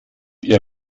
ihr